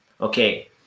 okay